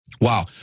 Wow